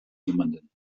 jemanden